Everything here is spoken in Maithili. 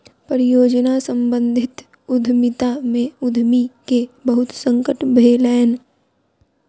परियोजना सम्बंधित उद्यमिता में उद्यमी के बहुत संकट भेलैन